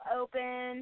open